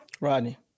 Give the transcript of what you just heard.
Rodney